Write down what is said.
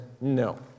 no